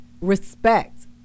respect